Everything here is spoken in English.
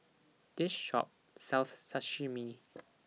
This Shop sells Sashimi